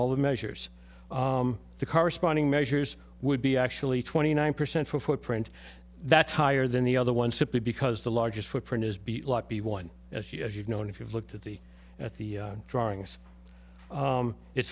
all the measures the corresponding measures would be actually twenty nine percent for footprint that's higher than the other one simply because the largest footprint is be be one as you as you've known if you've looked at the at the drawings it's